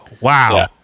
Wow